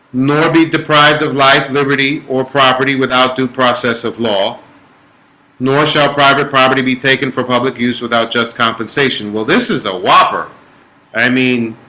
nor be deprived of life liberty or property without due process of law nor shall private property be taken for public use without just compensation. well. this is a whopper i mean